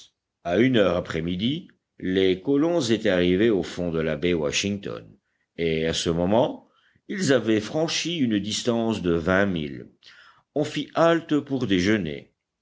à une heure après midi les colons étaient arrivés au fond de la baie washington et à ce moment ils avaient franchi une distance de vingt milles on fit halte pour déjeuner